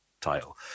title